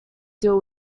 deal